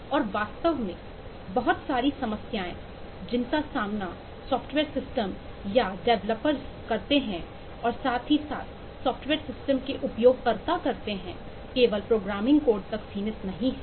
और वास्तव में बहुत सारी समस्याएं जिनका सामना सॉफ्टवेयर सिस्टम के उपयोगकर्ता करते हैं केवल प्रोग्रामिंग कोड तक सीमित नहीं हैं